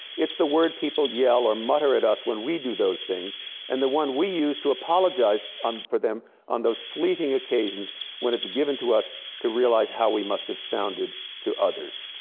it's the word people yell or mutter at us, when we do those things and the one we use to apologize for them on those fleeting occasions when it's given to us to realize how we must've sounded to others.